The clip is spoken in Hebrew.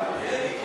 ביקש?